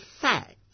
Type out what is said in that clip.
fact